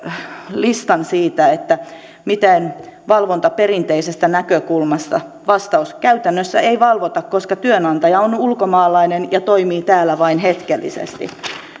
listan siitä miten valvonta toimii perinteisestä näkökulmasta vastaus käytännössä ei valvota koska työnantaja on ulkomaalainen ja toimii täällä vain hetkellisesti